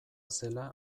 zela